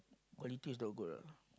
quality is not good ah